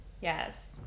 Yes